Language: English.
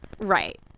Right